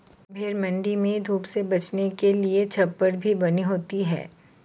भेंड़ मण्डी में धूप से बचने के लिए छप्पर भी बनी होती है